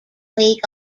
league